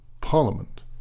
parliament